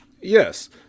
Yes